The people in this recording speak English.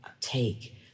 take